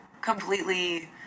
completely